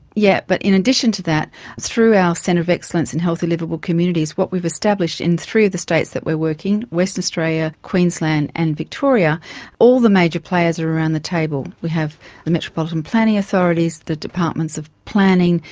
yes, but in addition to that through our centre of excellence and healthy liveable communities what we've established in three of the states that we are working western australia, queensland and victoria all the major players are around the table. we have the metropolitan planning authorities, the departments of planning,